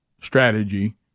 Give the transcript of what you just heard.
strategy